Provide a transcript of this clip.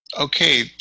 Okay